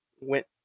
went